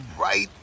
right